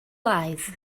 lies